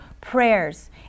prayers